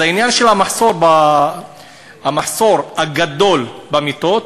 אז העניין של המחסור הגדול במיטות,